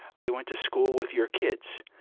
they went to school with your kids.